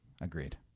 agreed